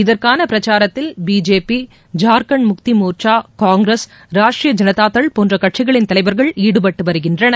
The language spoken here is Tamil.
இதற்கான பிரச்சாரத்தில் பிஜேபி ஜார்க்கண்ட் முக்தி மோர்க்சா காங்கிரஸ் ராஷ்ட்ரிய ஜனதாதள் போன்ற கட்சிகளின் தலைவர்கள் வெற்றிகரமாக ஈடுபட்டு வருகின்றனர்